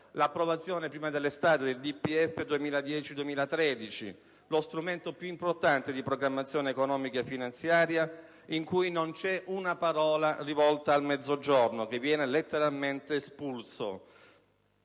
programmazione economico-finanziaria 2010-2013, lo strumento più importante di programmazione economica e finanziaria, in cui non c'è una parola rivolta al Mezzogiorno, che viene letteralmente espulso